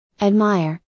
admire